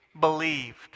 Believed